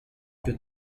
più